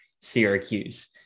Syracuse